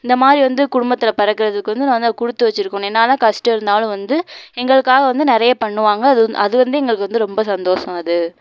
இந்தமாதிரி வந்து குடும்பத்தில் பிறக்கறதுக்கு வந்து நான் வந்து குடுத்து வச்சிருக்கணும் என்ன தான் கஷ்டம் இருந்தாலும் வந்து எங்களுக்காக வந்து நிறைய பண்ணுவாங்கள் அது வந் அது வந்து எங்களுக்கு வந்து ரொம்ப சந்தோஷம் அது